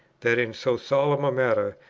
that, in so solemn a matter,